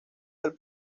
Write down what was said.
del